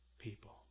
people